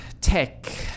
tech